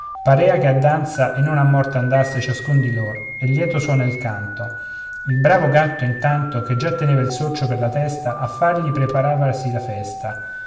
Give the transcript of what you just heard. parea che a danza e non a morte andasse ciascun di loro e lieto suona il canto il bravo gatto intanto che già teneva il sorcio per la testa a fargli preparavasi la festa